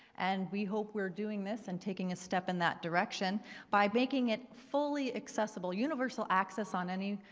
and we hope we're doing this and taking a step in that direction by making it fully accessible universal access on any,